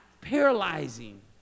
Paralyzing